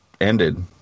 ended